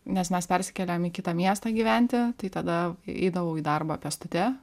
nes mes persikėlėm į kitą miestą gyventi tai tada eidavau į darbą pėstute